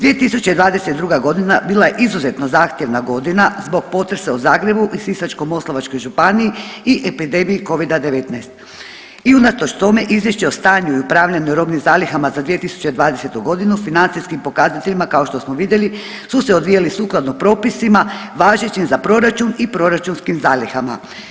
2022. g. bila je izuzetno zahtjevna godina zbog potresa u Zagrebu i Sisačko-moslavačkoj županiji i epidemiji Covida-19 i unatoč tome, Izvješće o stanju i upravljanju robnim zalihama za 2020. g. financijski pokazateljima kao što smo vidjeli su se odvijali sukladno propisima važećim za proračun i proračunskim zalihama.